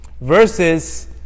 Versus